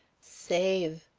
save!